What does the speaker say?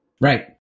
right